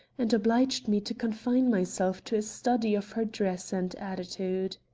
and obliged me to confine myself to a study of her dress and attitude.